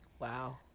Wow